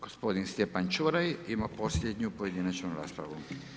Gospodin Stjepan Čuraj, ima posljednju pojedinačnu raspravu.